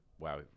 wow